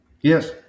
Yes